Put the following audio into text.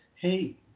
hey